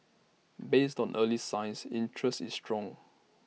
based on early signs interest is strong